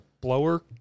blower